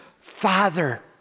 father